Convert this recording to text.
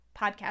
podcast